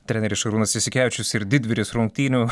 treneris šarūnas jasikevičius ir didvyris rungtynių